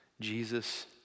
Jesus